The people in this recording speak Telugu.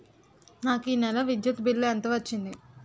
నాకు ఈ నెల విద్యుత్ బిల్లు ఎంత వచ్చింది?